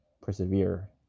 persevere